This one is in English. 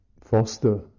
foster